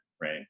right